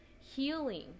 healing